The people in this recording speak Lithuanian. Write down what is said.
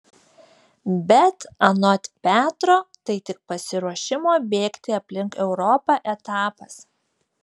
bet anot petro tai tik pasiruošimo bėgti aplink europą etapas